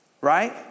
Right